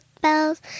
bells